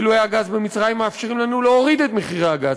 גילויי הגז במצרים מאפשרים לנו להוריד את מחירי הגז.